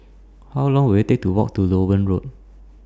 How Long Will IT Take to Walk to Loewen Road